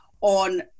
on